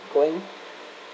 going